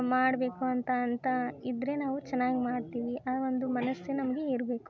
ಮಾಡಬೇಕು ಅಂತ ಅಂತ ಇದ್ದರೆ ನಾವು ಚೆನ್ನಾಗಿ ಮಾಡ್ತೀವಿ ಆ ಒಂದು ಮನಸ್ಸು ನಮಗೆ ಇರಬೇಕು